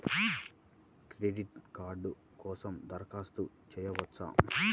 Credit card కోసం దరఖాస్తు చేయవచ్చా?